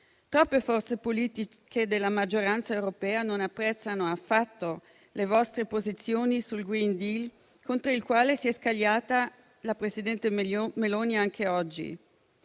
Troppe forze politiche della maggioranza europea non apprezzano affatto le vostre posizioni sul *green deal*, contro il quale si è scagliata la presidente Meloni anche oggi.